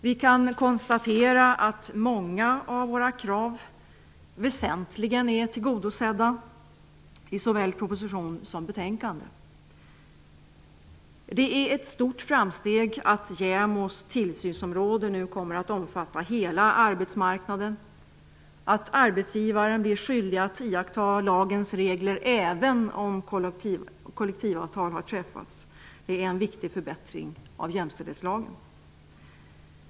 Vi kan konstatera att många av våra krav väsentligen är tillgodosedda i såväl proposition som betänkande. --Det är ett stort framsteg att JämO:s tillsynsområde nu kommer att omfatta hela arbetsmarknaden. Att arbetsgivaren blir skyldig att iaktta lagens regler även om kollektivavtal har träffats är en viktig förbättring av jämställdhetslagen.